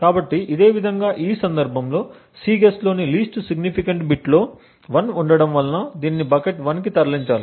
కాబట్టి ఇదే విధంగా ఈ సందర్భంలో Cguess లోని లీస్ట్ సిగ్నిఫికెంట్ బిట్ లో 1 ఉండటం వలన దీనిని బకెట్ 1 కి తరలించాలి